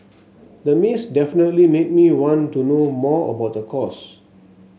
the maze definitely made me want to know more about the course